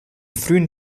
frühen